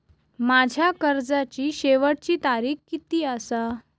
माझ्या कर्जाची शेवटची तारीख किती आसा?